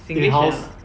singlish and